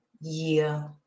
year